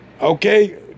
Okay